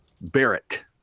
Barrett